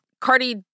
Cardi